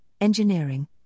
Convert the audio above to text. engineering